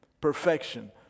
Perfection